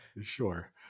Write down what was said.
sure